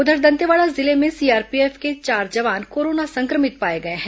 उधर दंतेवाड़ा जिले में सीआरपीएफ के चार जवान कोरोना संक्रमित पाए गए हैं